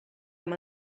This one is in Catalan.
amb